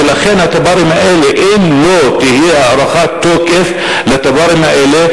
ולכן אם לא תהיה הארכת תוקף לתב"רים האלה,